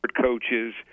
Coaches